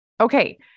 Okay